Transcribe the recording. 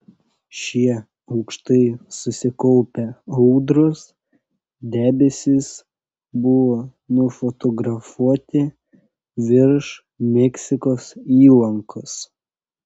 šie aukštai susikaupę audros debesys buvo nufotografuoti virš meksikos įlankos